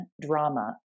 drama